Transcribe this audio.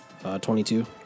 22